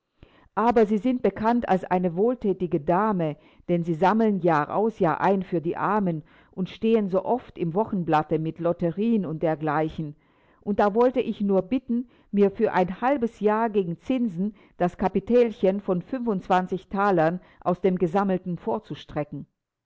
aber sie sind bekannt als eine wohlthätige dame denn sie sammeln jahraus jahrein für die armen und stehen so oft im wochenblatte mit lotterien und dergleichen und da wollte ich nur bitten mir für ein halbes jahr gegen zinsen das kapitälchen von fünfundzwanzig thalern aus dem gesammelten vorzustrecken